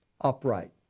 upright